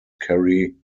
carrie